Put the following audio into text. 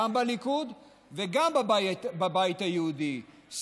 גם בליכוד וגם בבית היהודי,